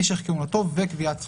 משך כהונתו וקביעת שכרו.